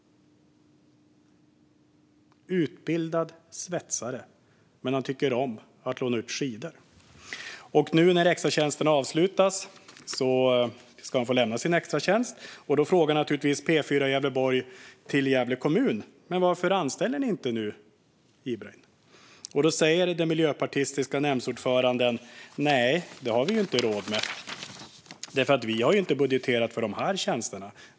När extratjänsten nu avslutas kommer han att få lämna den. Därför har P4 Gävleborg naturligtvis frågat Gävle kommun varför man inte anställer Ibrahim. Då säger den miljöpartistiska nämndordföranden: Det har vi inte råd med. Vi har inte budgeterat för de här tjänsterna.